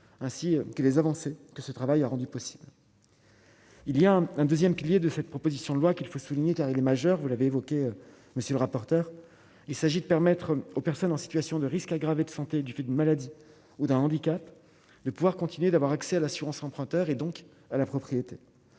ainsi que les avancées que ce travail a rendu possible. Il y a un 2ème qu'il y a de cette proposition de loi qu'il faut souligner, car il est majeur, vous l'avez évoqué, monsieur le rapporteur, il s'agit de permettre aux personnes en situation de risque aggravé de santé du fait d'une maladie ou d'un handicap de pouvoir continuer d'avoir accès à l'assurance emprunteur et donc à la propriété,